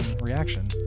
reaction